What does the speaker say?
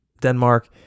Denmark